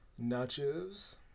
nachos